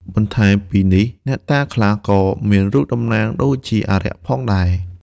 បន្ថែមពីនេះ អ្នកតាខ្លះ ក៏មានរូបតំណាងដូចជាអារក្សផងដែរ។